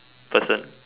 person